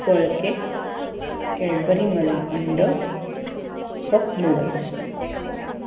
फळ cake Cadbury मलई अंड कप नूडल्स